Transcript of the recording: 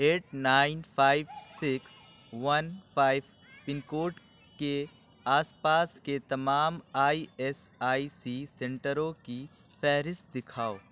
at nine five six one five pin code کے آس پاس کے تمام آئی ایس آئی سی سنٹروں کی فہرست دکھاؤ